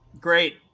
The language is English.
great